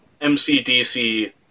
MCDC